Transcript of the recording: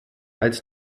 als